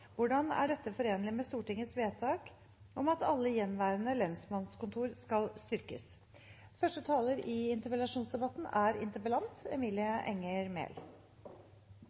Hvordan er dette forenlig med Stortingets vedtak om at alle gjenværende lensmannskontor skal styrkes? Representanten Enger Mehl